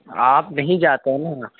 آپ نہیں جاتے ہے نا